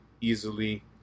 easily